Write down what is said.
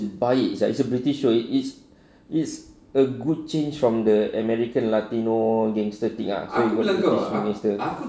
baik sia it's a british show it's it's a good change from the american latino gangster thing ah